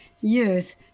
youth